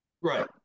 Right